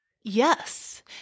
Yes